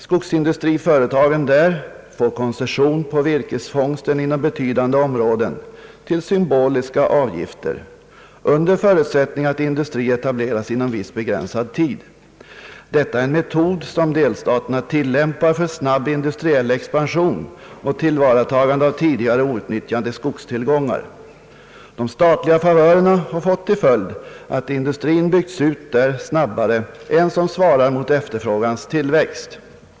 Skogsindustriföretagen där får koncession på virkesfångsten inom betydande områden till symboliska avgifter under förutsättning att industri etableras inom en viss begränsad tid. Detta är en metod som delstaterna tilllämpar för snabb industriell expansion och tillvaratagande av tidigare outnyttjade skogstillgångar. De statliga favörerna har fått till följd att industrin byggts ut snabbare än som svarat mot efterfrågans tillväxt.